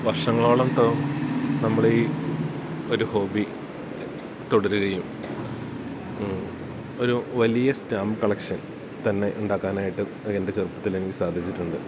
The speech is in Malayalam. വർഷങ്ങളോളം നമ്മൾ ഈ ഒരു ഹോബി തുടരുകയും ഒര് വലിയ സ്റ്റാമ്പ് കളക്ഷൻ തന്നെ ഉണ്ടാക്കാനായിട്ട് എൻ്റെ ചെറുപ്പത്തിലെനിക്ക് സാധിച്ചിട്ടുണ്ട്